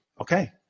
Okay